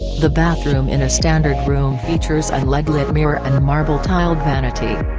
the bathroom in a standard room features an led-lit mirror and marble tiled vanity.